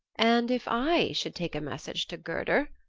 and if i should take a message to gerda,